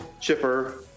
Chipper